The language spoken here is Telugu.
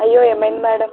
అయ్యో ఏమైంది మ్యాడమ్